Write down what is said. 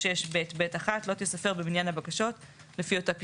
6ב(ב1) לא תיספר במניין הבקשות לפי אותה פסקה".